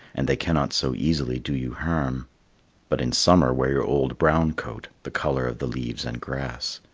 and they cannot so easily do you harm but in summer wear your old brown coat, the colour of the leaves and grass.